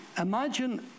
Imagine